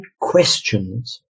questions